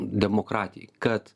demokratijai kad